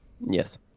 Yes